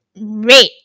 red